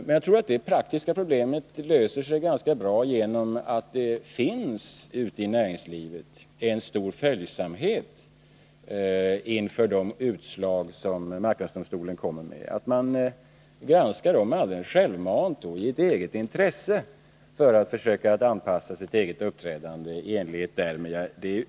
Men jag tror att det praktiska problemet är ganska lätt att lösa, eftersom det ute i näringslivet finns en stor följsamhet när det gäller marknadsdomstolens utslag. Alldeles självmant och i eget intresse granskar man dessa för att försöka anpassa sitt eget uppträdande i enlighet därmed.